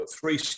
three